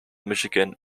michigan